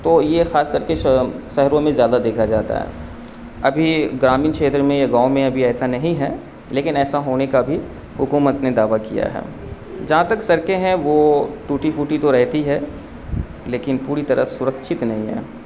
تو یہ خاص کر کے شہروں میں زیادہ دیکھا جاتا ہے ابھی گرامین چھیتر میں یا گاؤں میں ابھی ایسا نہیں ہے لیکن ایسا ہونے کا بھی حکومت نے دعویٰ کیا ہے جہاں تک سڑکیں ہیں وہ ٹوٹی پھوٹی تو رہتی ہے لیکن پوری طرح سرکچھت نہیں ہے